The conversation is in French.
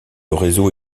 réseau